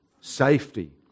safety